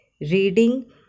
reading